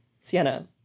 Sienna